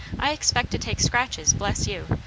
i expect to take scratches bless you!